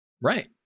right